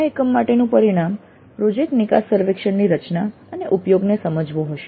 આ એકમ માટેનું પરિણામ પ્રોજેક્ટ નિકાસ સર્વેક્ષણની રચના અને ઉપયોગને સમજવું હશે